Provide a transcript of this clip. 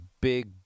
big